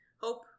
hope